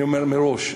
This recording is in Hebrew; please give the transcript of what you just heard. אני אומר מראש,